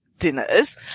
Dinners